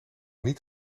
niet